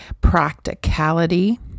practicality